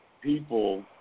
people